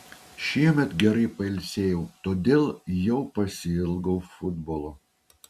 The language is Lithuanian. šiemet gerai pailsėjau todėl jau pasiilgau futbolo